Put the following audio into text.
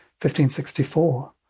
1564